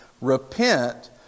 repent